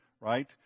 right